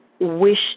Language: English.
wish